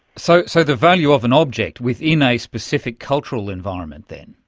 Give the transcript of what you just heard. so so, the value of an object within a specific cultural environment then?